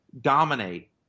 dominate